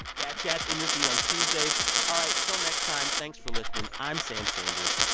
that chat's in your feed on tuesdays all right, till next time, thanks for listening. i'm sam sanders.